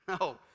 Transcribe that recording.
No